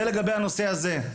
זה לגבי הנושא הזה,